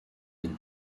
nom